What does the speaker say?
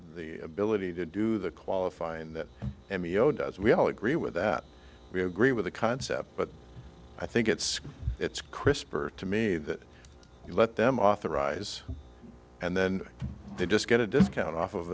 ability to do the qualifying that does we all agree with that we agree with the concept but i think it's it's crisper to me that you let them authorize and then they just get a discount off of